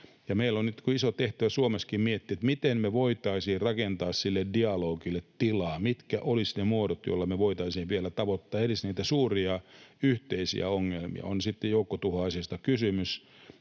Meillä on nyt iso tehtävä Suomessakin miettiä, miten me voitaisiin rakentaa sille dialogille tilaa, mitkä olisivat ne muodot, joilla me voitaisiin vielä tavoittaa edes niitä suuria yhteisiä ongelmia, on sitten joukkotuhoaseista kysymys,